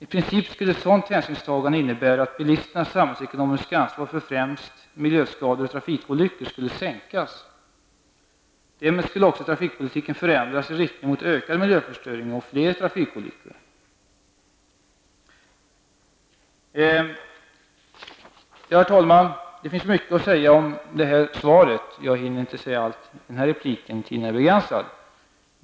I princip skulle ett sådant hänsynstagande innebära att bilisternas samhällsekonomiska ansvar för främst miljöskador och trafikolyckor skulle sänkas. Därmed skulle också trafikpolitiken förändras i riktning mot ökad miljöförstöring och fler trafikolyckor. Herr talman! Det finns mycket att säga med anledning av svaret. Jag hinner inte säga allt i den här repliken, eftersom tiden är begränsad.